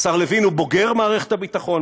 השר לוין הוא בוגר מערכת הביטחון,